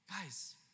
Guys